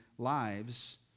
Lives